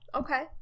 Okay